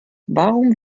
warum